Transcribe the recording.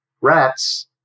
rats